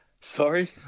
Sorry